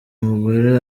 umugore